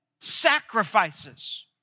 sacrifices